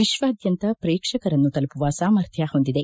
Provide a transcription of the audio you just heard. ವಿಶ್ವಾದ್ಯಂತ ಪ್ರೇಕ್ಷಕರನ್ನು ತಲುಪುವ ಸಾಮರ್ಥ್ಯ ಹೊಂದಿದೆ